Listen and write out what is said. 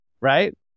right